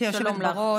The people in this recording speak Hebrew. שלום לך.